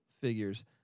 figures